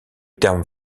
terme